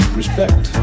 respect